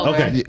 Okay